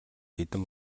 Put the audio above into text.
хэдэн